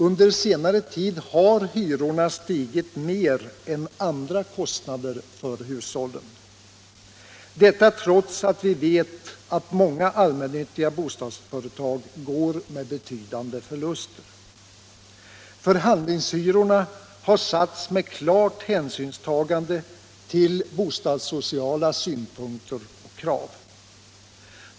Under senare tid har hyrorna stigit mer än andra kostnader för hushållen — detta trots att vi vet att många allmännyttiga bostadsföretag går med förluster. Förhandlingshyrorna har satts med klart hänsynstagande till bostadssociala synpunkter och krav.